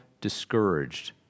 discouraged